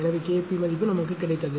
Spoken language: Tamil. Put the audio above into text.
எனவே K p மதிப்பு நமக்கு கிடைத்தது